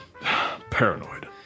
Paranoid